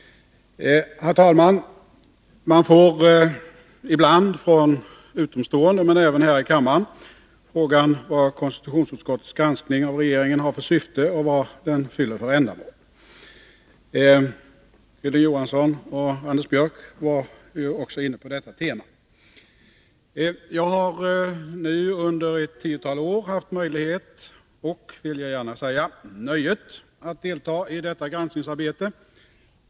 Herr talman! Man får ibland från utomstående men även här i kammaren frågan vad konstitutionsutskottets granskning av regeringen har för syfte och vad den fyller för ändamål. Hilding Johansson och Anders Björck var ju också inne på detta tema. Jag har nu under ett tiotal år haft möjligheten och — vill jag gärna säga — nöjet att delta i detta granskningsarbete.